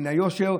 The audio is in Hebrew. מן היושר.